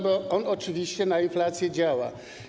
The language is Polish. Bo on oczywiście na inflację działa.